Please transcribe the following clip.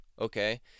Okay